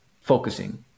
focusing